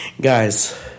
guys